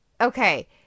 Okay